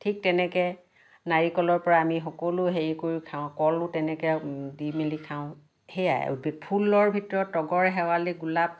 ঠিক তেনেকৈ নাৰিকলৰপৰা আমি সকলো হেৰি কৰি খাওঁ কলো তেনেকৈ দি মেলি খাওঁ সেয়াই উদ্ভিদ ফুলৰ ভিতৰত তগৰ শেৱালি গোলাপ